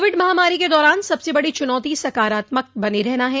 Covid महामारी के दौरान सबसे बड़ी चुनौती सकारात्मक बने रहना है